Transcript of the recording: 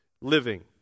living